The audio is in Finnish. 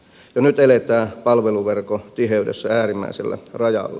jo nyt eletään palveluverkon tiheydessä äärimmäisellä rajalla